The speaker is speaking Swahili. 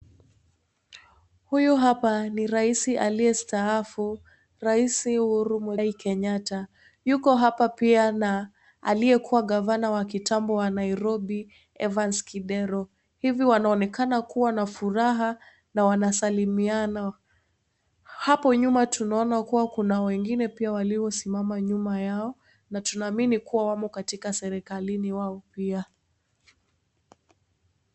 Huyu hapa ni rais aliyestaafu rais Uhuru Muigai Kenyatta. Yuko hapa pia na aliyekuwa gavana wa kitambo wa Nairobi Evans Kidero hivi wanaonekana kuwa na furaha na wanasalimiana hapo nyuma tunaoana kuwa kuna wengine pia waliosimama nyuma yao na tunaamini kwamba wako serikalini wao pia.